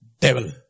devil